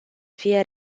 fie